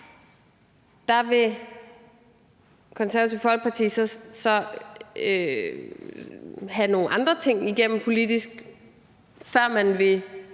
Der vil Det Konservative Folkeparti så have nogle andre ting igennem politisk, før man vil